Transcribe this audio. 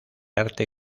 arte